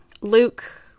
Luke